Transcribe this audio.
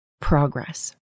progress